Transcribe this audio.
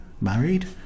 married